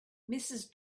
mrs